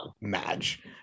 match